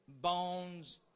bones